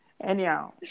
Anyhow